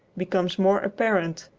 becomes more apparent,